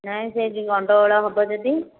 ନାହିଁ ସେଇଠି ଗଣ୍ଡଗୋଳ ହେବ ଯଦି